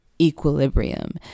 equilibrium